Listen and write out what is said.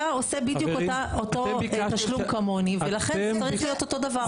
אתה עושה בדיוק אותו תשלום כמוני ולכן זה צריך להיות אותו דבר.